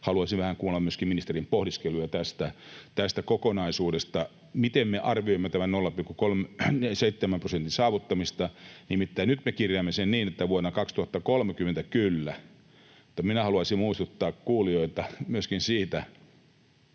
haluaisin vähän kuulla myöskin ministerin pohdiskeluja tästä kokonaisuudesta, miten me arvioimme tämän 0,7 prosentin saavuttamista. Nimittäin nyt me kirjaamme sen niin, että vuonna 2030, kyllä, mutta haluaisin muistuttaa kuulijoita myöskin siitä,